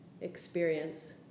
experience